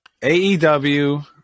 AEW